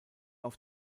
auf